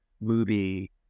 Movie